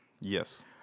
Yes